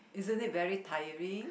isn't it very tiring